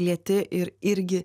lieti ir irgi